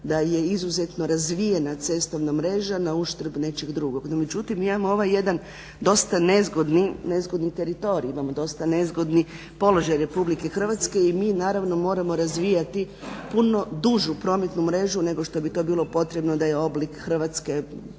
da je izuzetno razvijena cestovna mreža na uštrb nečeg drugog. Međutim ja imam ovaj dosta nezgodni teritorij, imamo dosta nezgodni položaj RH i naravno moramo razvijati puno dužu prometnu mrežu nego što bi to bilo potrebno da je oblik Hrvatske